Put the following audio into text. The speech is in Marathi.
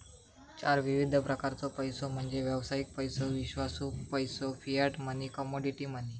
चार विविध प्रकारचो पैसो म्हणजे व्यावसायिक पैसो, विश्वासू पैसो, फियाट मनी, कमोडिटी मनी